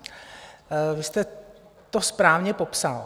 Vy jste to správně popsal.